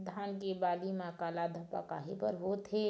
धान के बाली म काला धब्बा काहे बर होवथे?